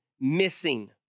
missing